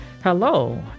Hello